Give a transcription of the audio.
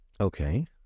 Okay